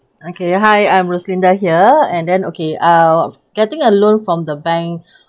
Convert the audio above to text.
okay hi I'm roslinda here and then okay uh getting a loan from the banks